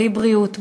בלי בריאות,